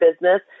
Business